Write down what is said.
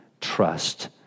trust